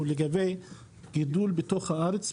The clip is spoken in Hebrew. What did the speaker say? הוא לגבי גידול בתוך הארץ,